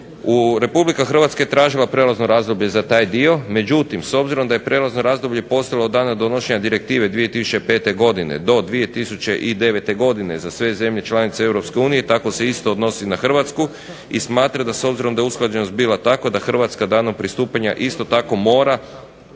Republika Hrvatska je tražila prelazno razdoblje za taj dio međutim, s obzirom da je prijelazno razdoblje postalo od dana donošenja direktive 2005. godine do 2009. godine za sve zemlje članice Europske unije tako se isto odnosi na Hrvatsku i smatra da s obzirom da je usklađenost bila takva da Hrvatska danom pristupanja isto tako mora